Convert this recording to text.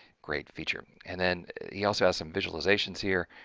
great feature. and then he also has some visualizations here.